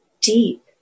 deep